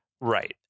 Right